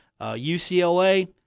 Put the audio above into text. UCLA